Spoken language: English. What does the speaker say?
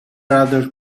rather